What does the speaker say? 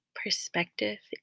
perspective